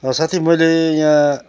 साथी मैले त्यहाँ